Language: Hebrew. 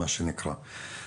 מה שנקרא.